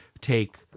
take